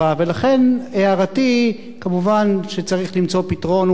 כמובן שצריך למצוא פתרון ומזור לעובדים עצמם,